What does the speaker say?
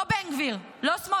לא בן גביר, לא סמוטריץ'